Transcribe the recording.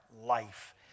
life